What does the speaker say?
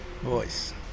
voice